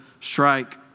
strike